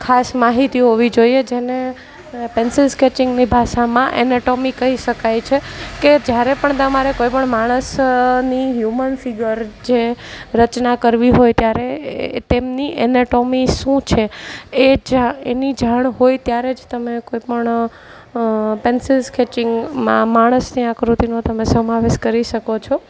ખાસ માહિતી હોવી જોઈએ જેને પેન્સિલ સ્કેચિંગની ભાષામાં એનેટોમી કહી શકાય છે કે જ્યારે પણ તમારે કોઈપણ માણસ ની હ્યુમન ફિગર જે રચના કરવી હોય ત્યારે તેમની એનેટોમી શું છે એ જ એની જાણ હોય ત્યારે જ તમે કોઈપણ પેન્સિલ સ્કેચિંગમાં માણસની આકૃતિનો તમે સમાવેશ કરી શકો છો